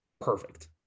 perfect